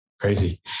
Crazy